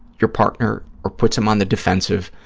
your partner or puts them on the defensive